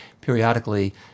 periodically